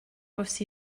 bws